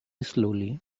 slowly